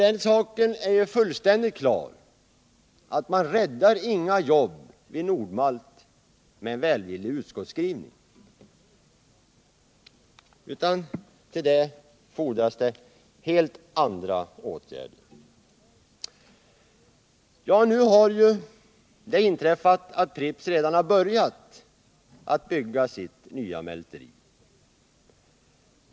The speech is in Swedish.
Den saken är fullständigt klar, att man inte räddar några jobb vid Nord-Malt med en välvillig utskottsskrivning. För det fordras helt andra åtgärder. Nu har Pripps redan börjat att bygga sitt mälteri.